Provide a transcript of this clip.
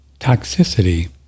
toxicity